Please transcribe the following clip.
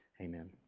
Amen